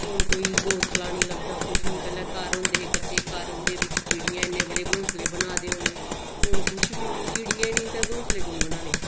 हून कोई घौंसल निं लभदा कुछ निं पैह्लें घर होंदे हे कच्चे घर उं'दे बिच्च चिड़ियें इन्ने बड़े घौंसले बनाए दे होने हून कुछ बी निं चिड़ियां निं ते घौंसले कु'न बनाने